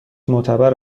معتبر